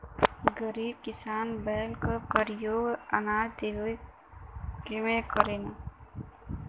गरीब किसान बैल क परियोग अनाज ढोवे में करलन